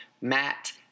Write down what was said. Matt